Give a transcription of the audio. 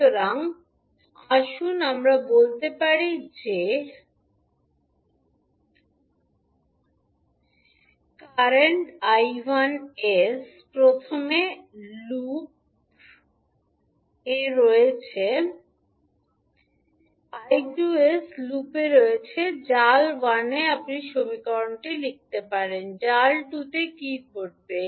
সুতরাং আসুন আমরা বলতে পারি যে কারেন্ট 𝐼1 𝑠 প্রথম লুপে রয়েছে 𝐼2 𝑠 লুপ 2 এ রয়েছে জাল 1 এর জন্য আপনি সমীকরণটি লিখতে পারেন জাল 2 জন্য কি ঘটবে